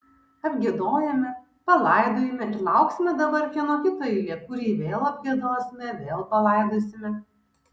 apgiedojome palaidojome ir lauksime dabar kieno kito eilė kurį vėl apgiedosime vėl palaidosime